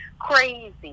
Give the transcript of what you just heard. crazy